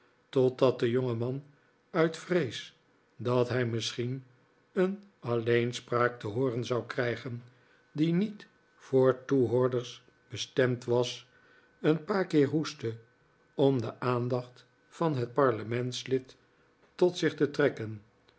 totdat de jongeman uit vrees dat hij misschien een alleenspraak te hooren zou krijgen die niet voor toehoorders bestemd was een paar keer hoestte om de aandacht van het parlementslid tot zich te trekken